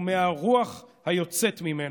ומהרוח היוצאת ממנו.